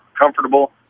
comfortable